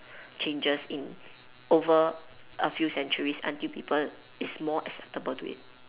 changes in over a few centuries until people is more acceptable to it